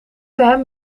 hem